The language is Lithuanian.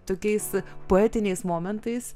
tokiais poetiniais momentais